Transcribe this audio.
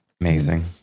Amazing